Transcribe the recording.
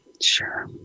Sure